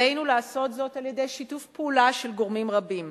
עלינו לעשות זאת על-ידי שיתוף פעולה של גורמים רבים.